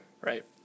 Right